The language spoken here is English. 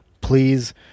please